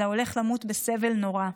אלא הולך למות בסבל נורא?